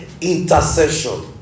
intercession